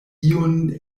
iun